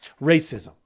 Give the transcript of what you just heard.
Racism